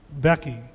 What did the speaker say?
Becky